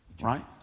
right